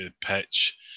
pitch